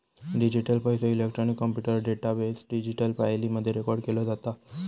digital पैसो, electronic computer database, digital फाईली मध्ये रेकॉर्ड केलो जाता